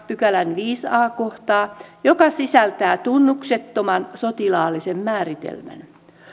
pykälän viisi a kohtaa joka sisältää tunnuksettoman sotilaallisen ryhmän määritelmän